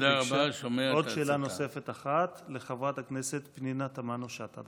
עוד שאלה נוספת אחת, לחברת הכנסת פנינה תמנו שטה.